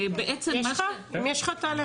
שביקשתי.